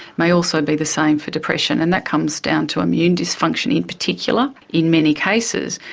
may also be the same for depression. and that comes down to immune dysfunction in particular in many cases,